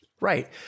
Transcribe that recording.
Right